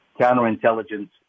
counterintelligence